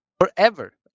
Forever